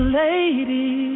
lady